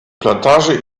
plantage